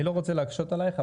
אני לא רוצה להקשות עלייך,